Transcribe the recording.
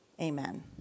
Amen